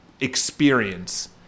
experience